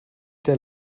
der